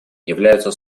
являются